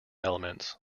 elements